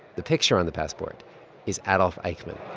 the picture on the passport is adolf eichmann.